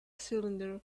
cylinder